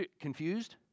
Confused